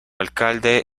alcalde